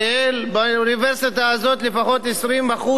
באוניברסיטה הזאת נמצאים